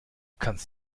kannst